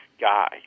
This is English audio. guy